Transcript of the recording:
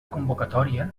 convocatòria